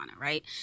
right